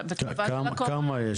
כמה יש?